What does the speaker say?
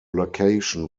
location